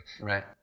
Right